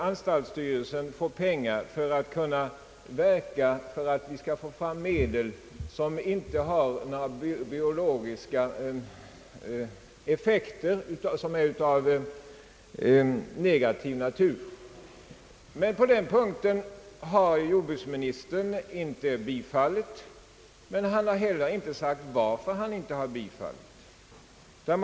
Anstaltsstyrelsen vill alltså ver ka för att få fram medel utan negativa biologiska effekter. På denna punkt har jordbruksministern inte bifallit anslagsframställningen, men han har inte angivit anledningen till sitt ställningstagande.